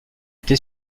été